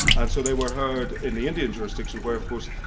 and so they were heard in the indian jurisdiction where of course,